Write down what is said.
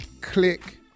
Click